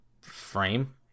frame